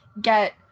get